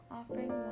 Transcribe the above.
offering